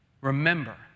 remember